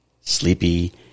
sleepy